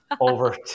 Over